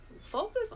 focus